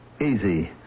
Easy